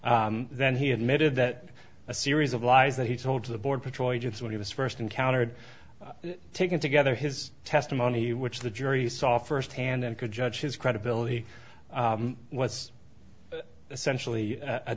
then he admitted that a series of lies that he told the border patrol agents when he was first encountered taken together his testimony which the jury saw firsthand and could judge his credibility was essentially a